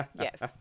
yes